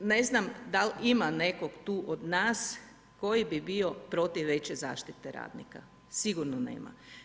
Ne znam da li ima nekog tu od nas koji bi bio protiv veće zaštite radnika, sigurno nema.